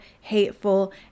hateful